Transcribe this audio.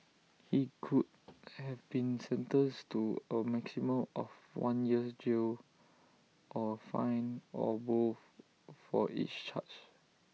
he could have been sentenced to A maximum of one year's jail or fine or both for each charge